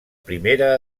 primera